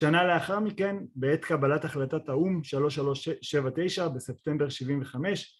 שנה לאחר מכן, בעת קבלת החלטת האום 3379 בספטמבר 75